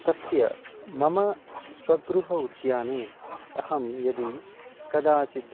तस्य मम स्वगृहोद्याने अहं यदि कदाचित्